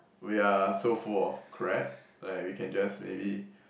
we are so full of crap like we can just maybe